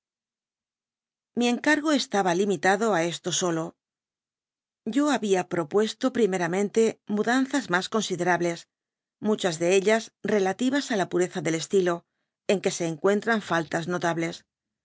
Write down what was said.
mi encargo estaba limitado á esto solo k to habia propuesto primeramente mudanzas mas considerables muchas de ellas relativas á la pureza del estilo y en que se encuentran fialtas notables